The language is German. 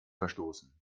verstoßen